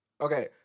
Okay